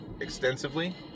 extensively